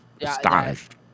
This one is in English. astonished